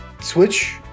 Switch